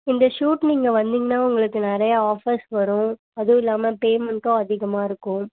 இந்த ஷூட் நீங்கள் வந்திங்கன்னா உங்களுக்கு நிறையா ஆஃபர்ஸ் வரும் அதுவும் இல்லாமல் பேமெண்ட்டும் அதிகமாக இருக்கும்